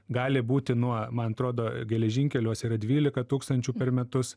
gali būti nuo man atrodo geležinkeliuos yra dvylika tūkstančių per metus